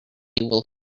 will